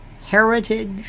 heritage